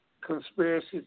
conspiracy